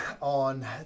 on